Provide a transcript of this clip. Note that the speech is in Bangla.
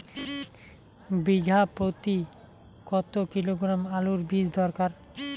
বিঘা প্রতি কত কিলোগ্রাম আলুর বীজ দরকার?